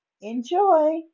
Enjoy